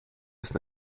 ist